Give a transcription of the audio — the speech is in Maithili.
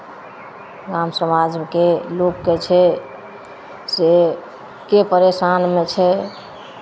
गाम समाजके लोककेँ छै से के परेशानमे छै